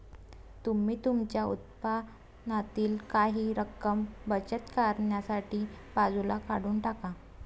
तुम्ही तुमच्या उत्पन्नातील काही रक्कम बचत करण्यासाठी बाजूला काढून टाका